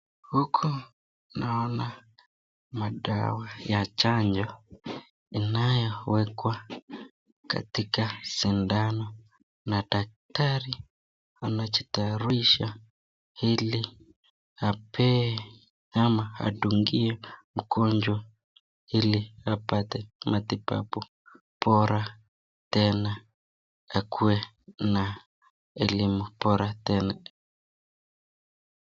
Hapa naoana madawa za chanjo inayowekwa katika sindano na daktari anajitayarisha ili apee ama adungie mgonjwa ili apate matibabu bora tena akuwe na elimu bora tena.